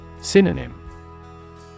Synonym